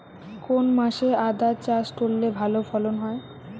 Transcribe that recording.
কোন মাসে আদা চাষ করলে ভালো ফলন হয়?